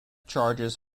charges